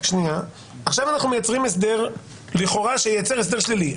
עכשיו אנחנו מייצרים הסדר שלכאורה ייצר הסדר שלילי,